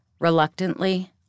Reluctantly